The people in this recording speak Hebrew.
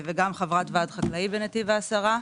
וגם חברת ועד החקלאי בנתיב העשרה.